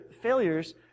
failures